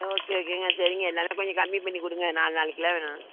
ஆ okay ஓகேங்க சரிங்க எல்லாமே கொஞ்சம் கம்மி பண்ணி கொடுங்க நாலு நாலு கிலோ வேணும்